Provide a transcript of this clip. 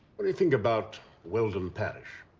what do you think about weldon parish?